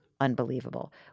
unbelievable